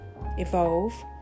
evolve